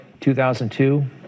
2002